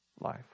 life